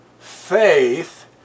Faith